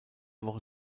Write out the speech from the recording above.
woche